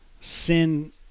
sin